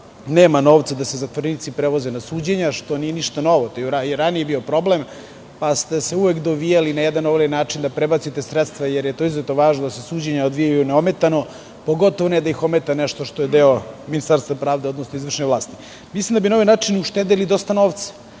nema novca, da se zatvorenici prevoze na suđenja, što nije ništa novo, to je i ranije bio problem, pa ste se uvek dovijali, na ovaj ili onaj način, da prebacite sredstva jer je izuzetno važno da se suđenja odvijaju neometano, pogotovo ne da ih ometa nešto što je deo Ministarstva pravde, odnosno izvršne vlasti. Mislim da bi na ovaj način uštedeli i dosta novca.